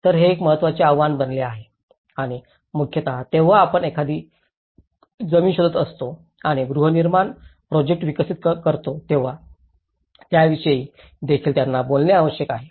तर हे एक महत्त्वाचे आव्हान बनले आहे आणि मुख्यत जेव्हा आपण एखादा जमीन शोधत असतो आणि गृहनिर्माण प्रोजेक्ट विकसित करतो तेव्हा त्याविषयी देखील त्यांना बोलणे आवश्यक आहे